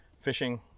fishing